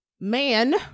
man